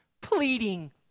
Pleading